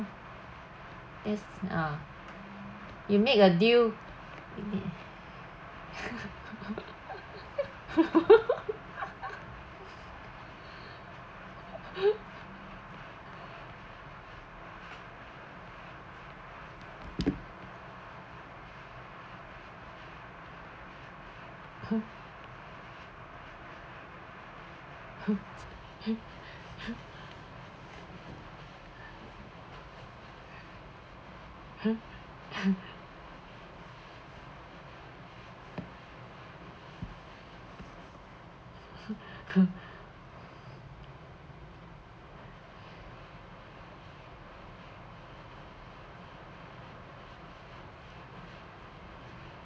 that's ah you make a deal with